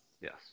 Yes